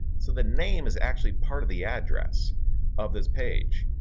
so the name is actually part of the address of this page.